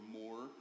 more